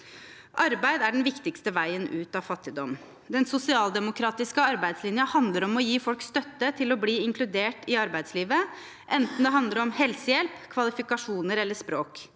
Arbeid er den viktigste veien ut av fattigdom. Den sosialdemokratiske arbeidslinjen handler om å gi folk støtte til å bli inkludert i arbeidslivet, enten det handler om helsehjelp, kvalifikasjoner eller språk.